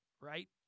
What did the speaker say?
right